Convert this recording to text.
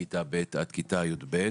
מכיתה ב' עד כיתה י"ב.